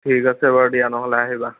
ঠিক আছে বাৰু দিয়া নহ'লে আহিবা